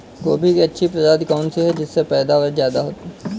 गोभी की अच्छी प्रजाति कौन सी है जिससे पैदावार ज्यादा हो?